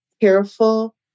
careful